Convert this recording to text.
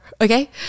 Okay